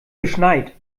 geschneit